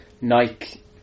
Nike